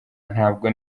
ntabwo